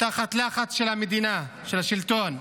-- תחת לחץ של המדינה, של השלטון.